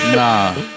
nah